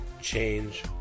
change